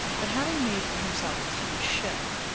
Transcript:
but, having made for himself this huge shell,